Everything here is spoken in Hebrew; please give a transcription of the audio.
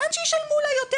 לאן שישלמו לה יותר,